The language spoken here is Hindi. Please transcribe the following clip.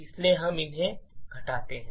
इसलिए हम इन्हें घटाते हैं